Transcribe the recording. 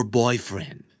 boyfriend